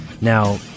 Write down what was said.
Now